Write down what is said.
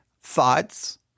thoughts